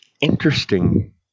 Interesting